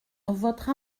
votre